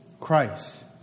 Christ